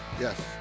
yes